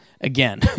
again